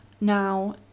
now